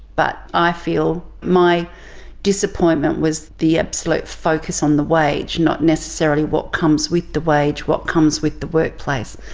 but i feel, my disappointment was the absolute focus on the wage, not necessarily what comes with the wage, what comes with the workplace,